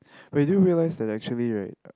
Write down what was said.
I do realise that actually right